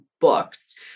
books